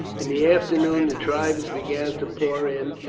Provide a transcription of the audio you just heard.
in the afternoon the tribes began to pour in,